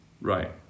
right